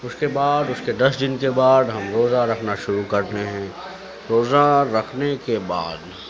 اُس کے بعد اُس کے دس دِن کے بعد ہم روزہ رکھنا شروع کرتے ہیں روزہ رکھنے کے بعد